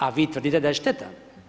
A vi tvrdite da je šteta.